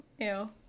ew